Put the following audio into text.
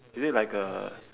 is it like a